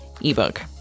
ebook